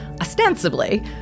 ostensibly